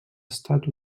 estat